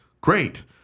Great